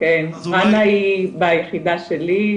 רנא ביחידה שלי,